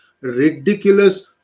ridiculous